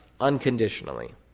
unconditionally